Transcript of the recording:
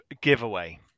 giveaway